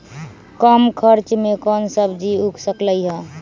कम खर्च मे कौन सब्जी उग सकल ह?